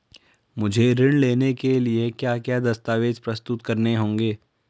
मुझे ऋण लेने के लिए क्या क्या दस्तावेज़ प्रस्तुत करने होंगे?